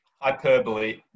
Hyperbole